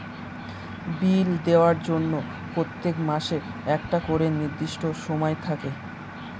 বিল দেওয়ার জন্য প্রত্যেক মাসে একটা করে নির্দিষ্ট সময় থাকে